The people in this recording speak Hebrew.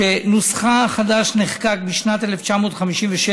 שנוסחה החדש נחקק בשנת 1957,